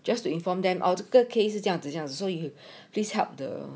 just to inform them orh 这个 case 是将子将子 so you please help the